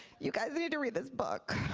you guys need to read this book.